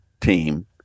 team